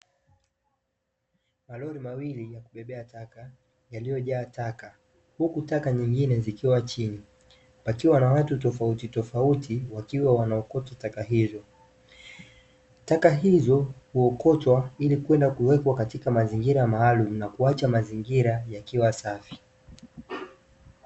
Malori mawili ya kubebea taka yaliyojaa taka huku taka nyingine zikiwa chini pakiwa na watu tofauti tofauti wakiwa wanaokota taka hizo. Taka hizo huokotwa ilikwenda kuwekwa katika mazingira maalum na kuacha mazingira yakiwa safi.